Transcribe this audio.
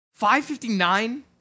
559